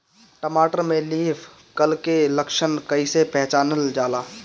टमाटर में leaf curl के लक्षण कइसे पहचानल जाला?